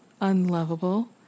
unlovable